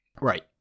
Right